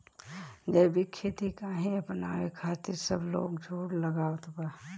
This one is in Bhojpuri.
जैविक खेती काहे अपनावे खातिर सब लोग जोड़ लगावत बा?